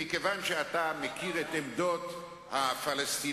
מכיוון שאתה מכיר את עמדות הפלסטינים,